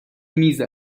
میز